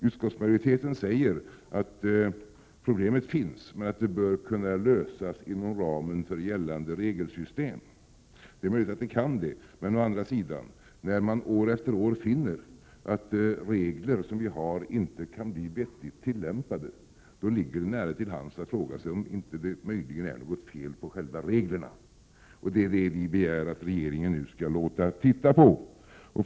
Utskottsmajoriteten säger att problemet finns men att det bör kunna lösas inom ramen för gällande regelsystem. Det är möjligt att man kan det. Men när man å andra sidan år efter år finner att regler som vi har inte kan bli vettigt tillämpade, ligger det nära till hands att fråga sig om det möjligen inte är något fel på själva reglerna. Det är detta som vi begär att regeringen nu skall låta studera.